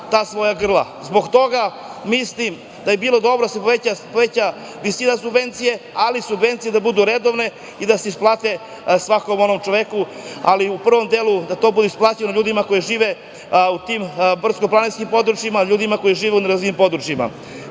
ta svoja grla. Zbog toga mislim da bi bilo dobro da se poveća visina subvencije, ali subvencije da budu redovne i da se isplate svakom onom čoveku, ali u prvom delu da to bude isplativo ljudima koji žive u tim brckoplaninskim područjima, ljudima koji žive u nerazvijenim područjima.